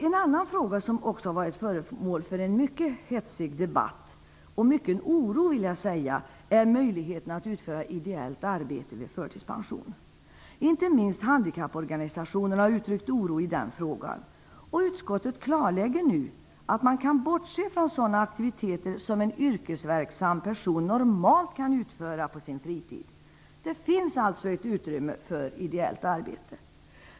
En annan fråga som också har varit föremål för en mycket hetsig debatt -- och även ingett oro -- rör möjligheten att utföra ideellt arbete vid förtidspension. Inte minst handikapporganisationer har utryckt oro i frågan. Utskottet klarlägger nu att man kan bortse från sådana aktiviteter som en yrkesverksam person normalt kan utföra på sin fritid. Det finns alltså ett utrymme för ideellt arbete.